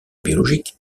biologiques